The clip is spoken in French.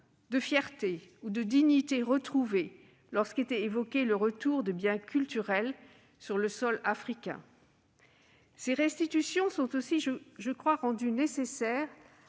de fierté ou de dignité retrouvée lorsqu'était évoqué le retour de biens culturels sur le sol africain. Ces restitutions sont également rendues nécessaire